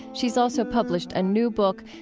she's also published a new book,